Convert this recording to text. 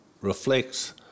reflects